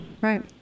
Right